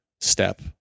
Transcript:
step